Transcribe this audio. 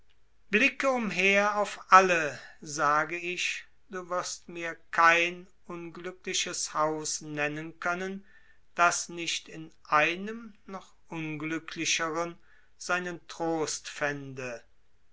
blicke umher auf alle sage ich du wirst mir kein unglückliches haus nennen können das nicht in einem noch unglücklicheren seinen trost fände